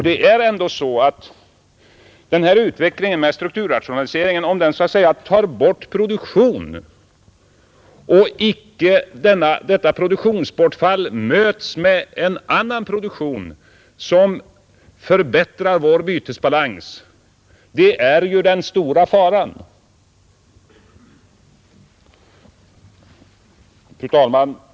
Det är ändå så att den stora faran är denna utveckling med en strukturrationalisering som så att säga tar bort produktion utan att detta produktionsbortfall möts med en annan produktion som förbättrar vår bytesbalans. Fru talman!